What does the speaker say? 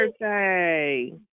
birthday